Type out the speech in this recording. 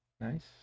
Nice